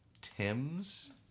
Tims